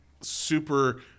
super